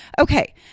okay